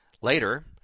Later